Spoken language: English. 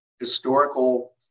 historical